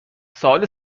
سوال